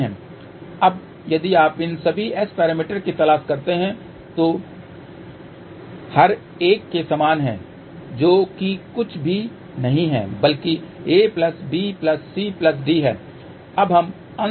अब यदि आप इन सभी S पैरामीटर्स की तलाश करते हैं जो कि हर एक के समान है जो कि कुछ भी नहीं है बल्कि a b c d है